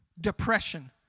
Depression